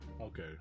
Okay